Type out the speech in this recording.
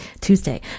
Tuesday